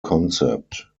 concept